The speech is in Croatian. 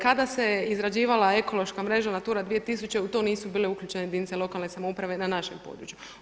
Kada se izrađivala ekološka mreža NATURA 2000 u to nisu bile uključene jedinice lokalne samouprave na našem području.